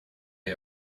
are